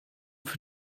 für